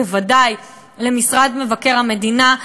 ובוודאי למשרד מבקר המדינה,